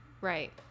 right